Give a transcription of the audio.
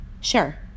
Sure